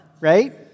right